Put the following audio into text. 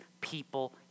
people